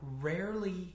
rarely